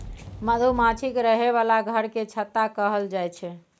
मधुमाछीक रहय बला घर केँ छत्ता कहल जाई छै